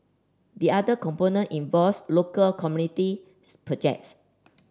the other component involves local community projects